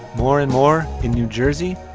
more and more in new jersey,